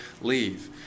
leave